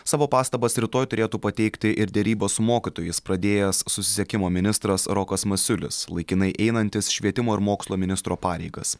savo pastabas rytoj turėtų pateikti ir derybas su mokytojais pradėjęs susisiekimo ministras rokas masiulis laikinai einantis švietimo ir mokslo ministro pareigas